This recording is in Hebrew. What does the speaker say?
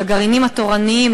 הגרעינים התורניים,